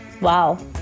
Wow